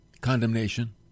Condemnation